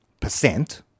percent